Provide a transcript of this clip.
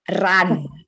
run